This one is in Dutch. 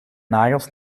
nagels